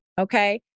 okay